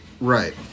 Right